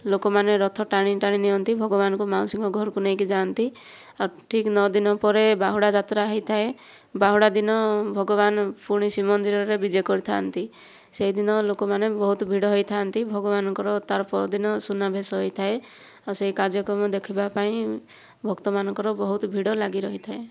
ଲୋକମାନେ ରଥ ଟାଣି ଟାଣି ନିଅନ୍ତି ଭଗବାନଙ୍କୁ ମାଉସୀଙ୍କ ଘରକୁ ନେଇକି ଯାଆନ୍ତି ଆଉ ଠିକ୍ ନଅଦିନ ପରେ ବାହୁଡ଼ା ଯାତ୍ରା ହୋଇଥାଏ ବାହୁଡ଼ା ଦିନ ଭଗବାନ ପୁଣି ଶ୍ରୀମନ୍ଦିରରେ ବିଜେ କରିଥାନ୍ତି ସେହିଦିନ ଲୋକମାନେ ବହୁତ ଭିଡ଼ ହୋଇଥାନ୍ତି ଭଗବାନଙ୍କର ତାର ପରଦିନ ସୁନାବେଶ ହୋଇଥାଏ ଆଉ ସେ କାର୍ଯ୍ୟକ୍ରମ ଦେଖିବାପାଇଁ ଭକ୍ତମାନଙ୍କର ବହୁତ ଭିଡ଼ ଲାଗି ରହିଥାଏ